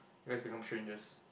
you guys become strangers